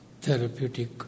therapeutic